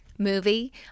Movie